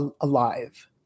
alive